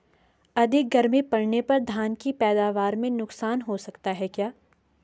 अधिक गर्मी पड़ने पर धान की पैदावार में नुकसान हो सकता है क्या?